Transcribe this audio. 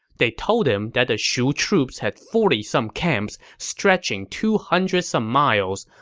they told him that the shu troops had forty some camps stretching two hundred some miles,